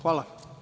Hvala.